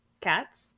Cats